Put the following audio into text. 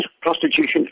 prostitution